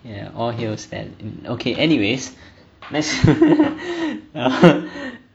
ya all hails and okay anyways let's